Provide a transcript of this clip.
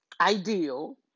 ideal